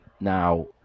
now